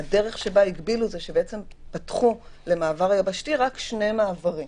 הדרך שבה הגבילו היא שפתחו למעבר יבשתי רק שני מעברים.